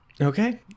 okay